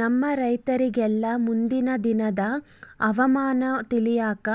ನಮ್ಮ ರೈತರಿಗೆಲ್ಲಾ ಮುಂದಿನ ದಿನದ ಹವಾಮಾನ ತಿಳಿಯಾಕ